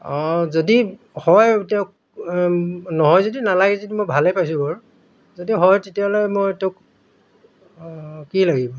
অঁ যদি হয় তেওঁক নহয় যদি নালাগে যদি মই ভালেই পাইছোঁ বাৰু যদি হয় তেতিয়াহ'লে মই তেওঁক কি লাগিব